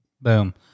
boom